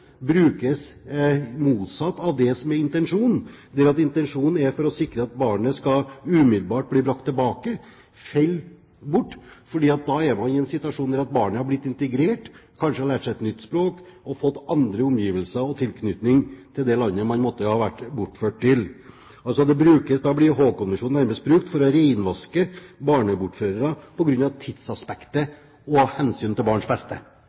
barnet umiddelbart skal bli brakt tilbake, faller bort, for da er man i en situasjon der barnet har blitt integrert, kanskje har lært seg et nytt språk, fått andre omgivelser og en annen tilknytning til det landet man har blitt bortført til. Da blir Haagkonvensjonen nærmest brukt for å renvaske barnebortførere – på grunn av tidsaspektet og av hensyn til barns beste.